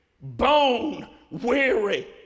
bone-weary